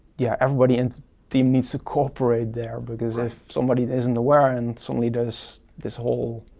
yeah, everybody in the team needs to cooperate there because if somebody isn't aware and suddenly does this whole,